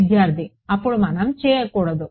విద్యార్థి అప్పుడు మనం చేయకూడదు